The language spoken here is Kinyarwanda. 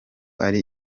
ari